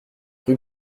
rue